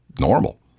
normal